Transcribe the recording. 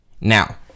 Now